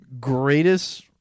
greatest